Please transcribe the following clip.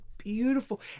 Beautiful